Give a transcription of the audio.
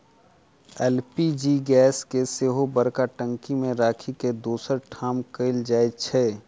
LPG gas के सेहो बड़का टंकी मे राखि के दोसर ठाम कयल जाइत छै